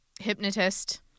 hypnotist